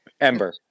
ember